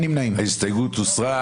הצבעה ההסתייגות לא התקבלה.